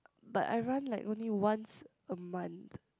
but I run like only once a month